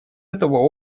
этого